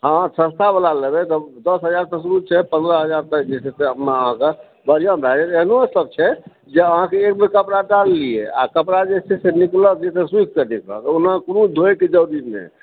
हँ अहाँ सस्ता वला लेबै तऽ दश हजारसँ शुरु छै पन्द्रह हजार तक जे छै अहाँकेॅं बढ़िऑं भए जाएत एहनो सब छै जे अहाँकेॅं एक बेर कपड़ा डाललिऐ आ कपड़ा जे छै से निकलत से सुखिकऽ निकलत ओना कोनो धोएके जरुरी नहि